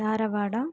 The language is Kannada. ಧಾರವಾಡ